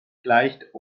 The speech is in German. gleicht